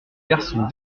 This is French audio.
garçon